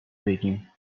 بگیم